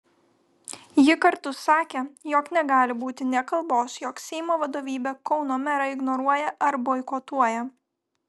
ji kartu sakė jog negali būti nė kalbos jog seimo vadovybė kauno merą ignoruoja ar boikotuoja